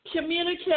Communicate